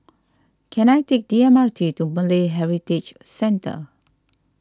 can I take the M R T to Malay Heritage Centre